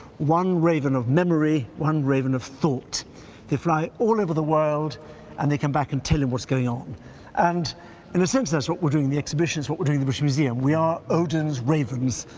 one raven of memory, one raven of thought they fly all over the world and they come back and tell him what's going on and in a sense that's what we're doing the exhibition, it's what we're doing the british but museum. we are odin's ravens,